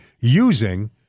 using